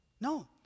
No